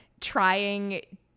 trying